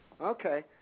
Okay